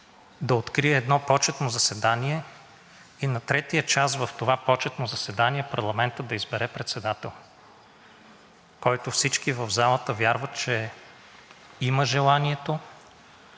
да открие едно почетно заседание и на третия час в това почетно заседание парламентът да избере председател, който всички в залата вярват, че има желанието,